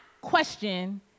question